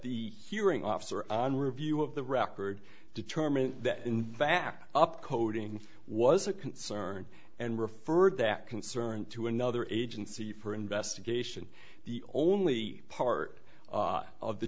the hearing officer on review of the record determined that in fact up coding was a concern and referred that concern to another agency for investigation the only part of the